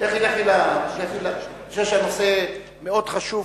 לכי למיקרופון, אני חושב שהנושא מאוד חשוב,